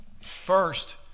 First